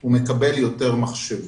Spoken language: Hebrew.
הוא מקבל יותר מחשבים.